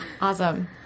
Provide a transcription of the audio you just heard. Awesome